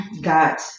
got